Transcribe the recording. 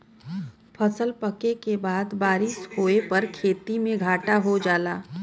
फसल पके के बाद बारिस होए पर खेती में घाटा हो जाला